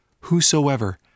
Whosoever